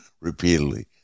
repeatedly